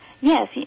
Yes